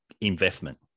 investment